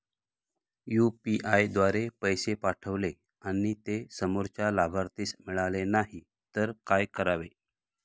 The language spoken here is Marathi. यु.पी.आय द्वारे पैसे पाठवले आणि ते समोरच्या लाभार्थीस मिळाले नाही तर काय करावे?